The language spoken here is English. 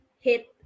hit